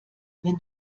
wenn